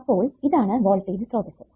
അപ്പോൾ ഇതാണ് വോൾടേജ് സ്രോതസ്സ്